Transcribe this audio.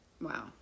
Wow